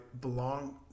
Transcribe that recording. belong